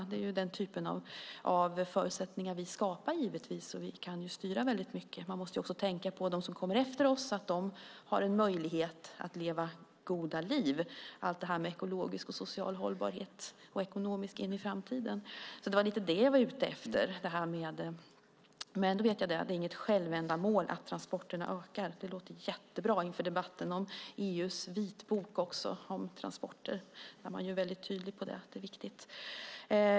Det är givetvis den typen av förutsättningar som vi skapar. Vi kan alltså styra mycket. Man måste också tänka på dem som kommer efter oss så att de har möjligheter att leva goda liv. Det handlar om ekologisk, social och ekonomisk hållbarhet i framtiden. Det var lite grann detta som jag var ute efter. Men då vet jag att det inte är något självändamål att transporterna ökar. Det låter jättebra inför debatten om EU:s vitbok om transporter där man är tydlig med att detta är viktigt.